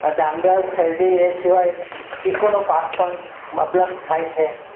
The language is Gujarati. ડાંગર શેરડી એ સિવાય ચીકુનો પાક પણ મબલખ થાય છે